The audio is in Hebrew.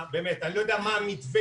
אני לא יודע מה המתווה,